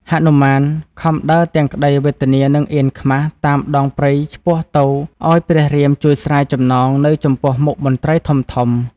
ហនុមានខំដើរទាំងក្តីវេទនានិងអៀនខ្មាសតាមដងព្រៃឆ្ពោះ ទៅឱ្យព្រះរាមជួយស្រាយចំណងនៅចំពោះមុខមន្ត្រីធំៗ។